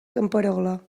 camperola